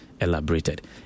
elaborated